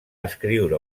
escriure